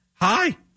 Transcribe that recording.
Hi